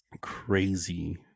crazy